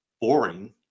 boring